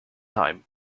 time